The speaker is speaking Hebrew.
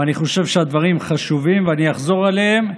ואני חושב שהדברים חשובים ואני אחזור עליהם,